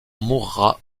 mourra